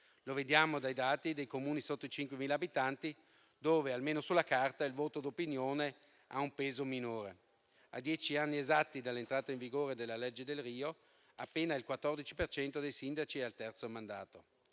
Lo vediamo dai dati dei Comuni sotto i 5.000 abitanti dove, almeno sulla carta, il voto di opinione ha un peso minore. A dieci anni esatti dall'entrata in vigore della legge Delrio, appena il 14 per cento dei sindaci è al terzo mandato.